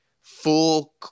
full